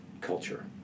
culture